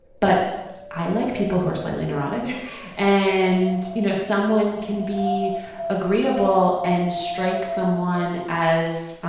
but i like people who are slightly neurotic and, you know, someone can be agreeable and strike someone as,